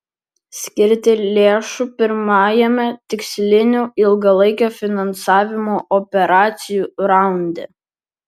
skirti lėšų pirmajame tikslinių ilgalaikio finansavimo operacijų raunde